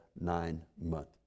nine-month